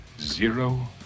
zero